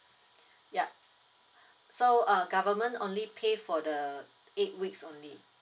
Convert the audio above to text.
yup so uh government only pay for the eight weeks only